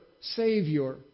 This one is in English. Savior